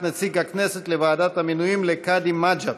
נציג הכנסת לוועדת המינויים לקאדים מד'הב: